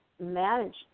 manage